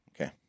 Okay